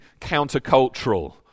countercultural